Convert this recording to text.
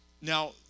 now